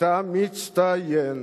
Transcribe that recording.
אתה מצטיין.